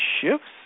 shifts